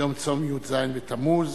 יום צום י"ז בתמוז.